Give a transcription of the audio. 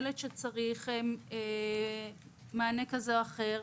ילד שצריך מענה כזה או אחר,